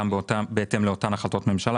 גם בהתאם לאותן החלטות ממשלה,